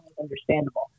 understandable